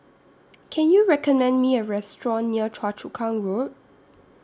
Can YOU recommend Me A Restaurant near Choa Chu Kang Road